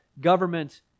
government